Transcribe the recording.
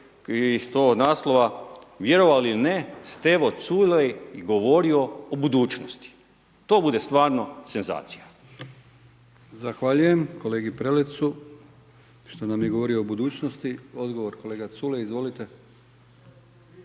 iz tog naslova – Vjerovali ili ne Stevo Culej govorio o budućnosti. To bude stvarno senzacija. **Brkić, Milijan (HDZ)** Zahvaljujem kolegi Prelecu što nam je govorio o budućnosti. Odgovor kolega Culej. Izvolite.